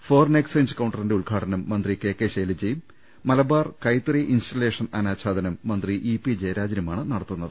foreign exchange കൌണ്ടറിന്റെ ഉദ്ഘാടനം മന്ത്രി കെ കെ ശൈലജയും മലബാർ കൈത്ത റി ഇൻസ്റ്റലേഷൻ അനാച്ഛാദനം മന്ത്രി ഇ പി ജയരാജനുമാണ് നടത്തുന്നത്